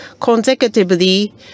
consecutively